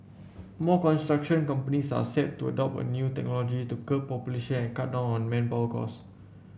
more construction companies are set to adopt a new technology to curb pollution and cut down on manpower costs